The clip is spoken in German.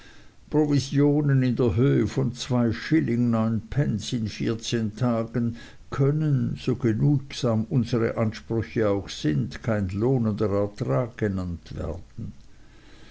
provisionen in der höhe von zwei schilling neun pence in vierzehn tagen können so genügsam unsere ansprüche auch sind kein lohnender ertrag genannt werden